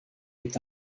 est